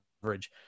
coverage